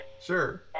Sure